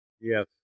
Yes